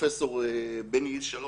פרופסור בני איש שלום: